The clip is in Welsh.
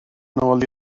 nôl